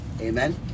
Amen